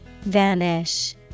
Vanish